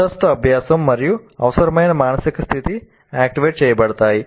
ముందస్తు అభ్యాసం మరియు అవసరమైన మానసిక స్థితి యాక్టివేట్ చేయబడతాయి